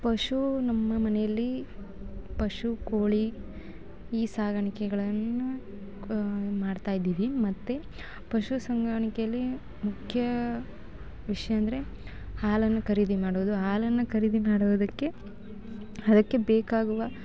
ಪಶು ನಮ್ಮ ಮನೆಯಲ್ಲಿ ಪಶು ಕೋಳಿ ಈ ಸಾಗಣಿಕೆಗಳನ್ನು ಮಾಡ್ತಾಯಿದ್ದೀವಿ ಮತ್ತೆ ಪಶು ಸಾಕಾಣಿಕೆಯಲ್ಲಿ ಮುಖ್ಯ ವಿಷಯ ಅಂದರೆ ಹಾಲನ್ನು ಖರೀದಿ ಮಾಡೋದು ಹಾಲನ್ನು ಖರೀದಿ ಮಾಡೋದಕ್ಕೆ ಅದಕ್ಕೆ ಬೇಕಾಗುವ